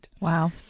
wow